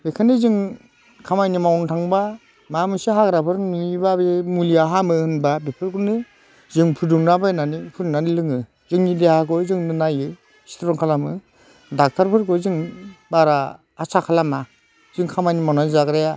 बेखायनो जों खामानि मावनो थांबा माबा मोनसे हाग्राफोर नुयोबा बे मुलिया हामो होनबा बेफोरखौनो जों फुदुंलाबायनानै फुदुंनानै लोङो जोंनि देहाखौ जोंनो नायो स्ट्रं खालामो डक्ट'रफोरखौ जों बारा आसा खालामा जों खामानि मावनानै जाग्राया